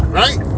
right